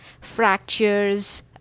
fractures